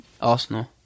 Arsenal